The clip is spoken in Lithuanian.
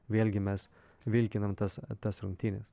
vėlgi mes vilkinam tas tas rungtynes